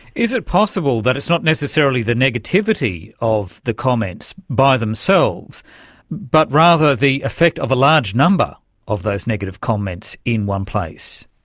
is it possible that it's not necessarily the negativity of the comments by themselves but rather the effect of a large number of those negative comments in one place?